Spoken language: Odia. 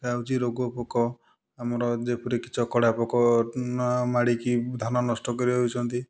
ଦେଖା ହେଉଛି ରୋଗ ପୋକ ଆମର ଯେପରିକି ଚକଡ଼ା ପୋକ ମାଡ଼ିକି ଧାନ ନଷ୍ଟ କରିଦେଉଛନ୍ତି